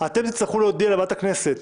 חבר הכנסת